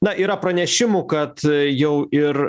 na yra pranešimų kad jau ir